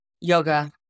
Yoga